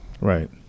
right